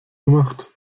gemacht